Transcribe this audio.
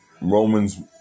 Roman's